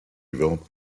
developed